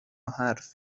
حرف